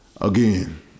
again